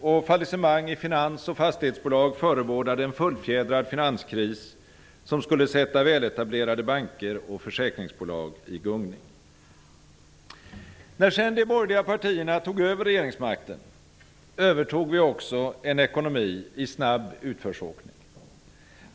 Och fallissemang i finans och fastighetsbolag förebådade en fullfjädrad finanskris, som skulle sätta väletablerade banker och försäkringsbolag i gungning. När sedan de borgerliga partierna tog över regeringsmakten, övertog vi också en ekonomi i snabb utförsåkning.